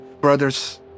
brother's